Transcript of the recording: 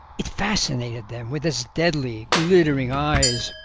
it fascinated them with its deadly, glittering eyes,